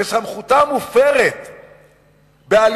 וסמכותה מופרת באלימות